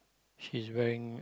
she's wearing